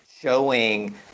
showing